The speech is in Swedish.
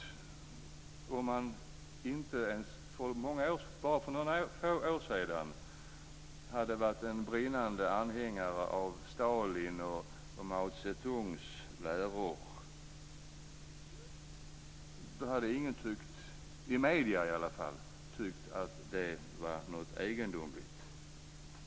Om någon däremot bara för några få år sedan hade varit en brinnande anhängare av Stalins och Mao Zedongs läror, skulle ingen, i alla fall inte i medierna, ha tyckt att det var egendomligt.